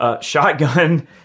shotgun